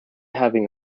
having